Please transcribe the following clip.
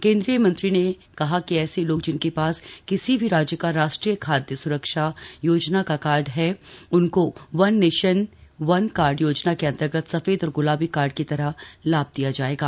केंद्रीय मंत्री ने कहा ऐसे लोग जिनके पास किसी भी राज्य का राष्ट्रीय खाद्य स्रक्षा योजना का कार्ड है उनको वन नेशन वन कार्ड योजना के अंतर्गत सफेद और गुलाबी कार्ड की तरह लाभ दिया जाएगा